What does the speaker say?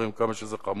אומרים כמה שזה חמור,